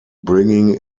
bringing